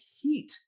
heat